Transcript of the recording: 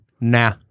nah